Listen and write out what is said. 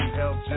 help